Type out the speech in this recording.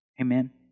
amen